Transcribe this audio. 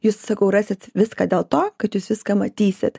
jūs sakau rasit viską dėl to kad jūs viską matysit